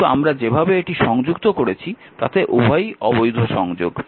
কিন্তু আমরা যেভাবে এটি সংযুক্ত করেছি তাতে উভয়ই অবৈধ সংযোগ